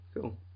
cool